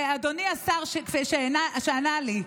אדוני השר שענה לי,